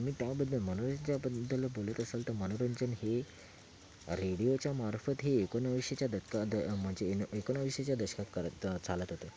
तुम्ही त्याबद्दल मनोरंजनाबद्दल बोलत असाल तर मनोरंजन हे रेडिओच्यामार्फत हे एकोणाविसशेच्या ददकात म्हणजे एकोणाविसशेच्या दशकात करत चालत होते